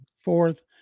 fourth